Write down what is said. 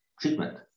treatment